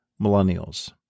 millennials